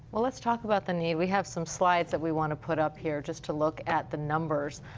but let's talk about the need. we have some slides that we want to put up here just to look at the numbers.